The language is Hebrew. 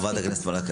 חברת הכנסת מלקו,